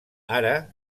ara